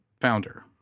founder